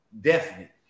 definite